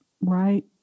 right